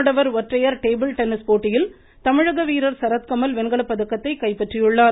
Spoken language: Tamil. ஆடவர் ஒற்றையர் டேபிள் டென்னிஸ் போட்டியில் தமிழக வீரர் சரத் கமல் வெண்கல பதக்கத்தை கைப்பற்றியுள்ளார்